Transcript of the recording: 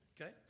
Okay